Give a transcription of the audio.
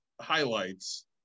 highlights